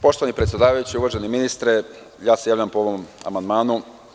Poštovani predsedavajući, uvaženi ministre, ja se javljam po ovom amandmanu.